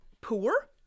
poor